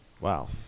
Wow